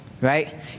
Right